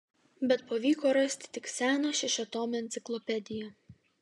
bet pavyko rasti tik seną šešiatomę enciklopediją